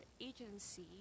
agency